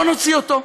בוא נוציא אותו.